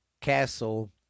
Castle